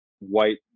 white